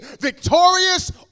victorious